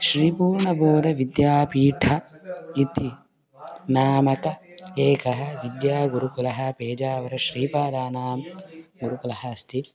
श्रीपूर्णबोधविद्यापीठम् इति नामकः एकः विद्यागुरुकुलः पेजावर श्रीपादानां गुरुकुलः अस्ति